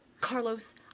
Carlos